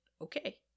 okay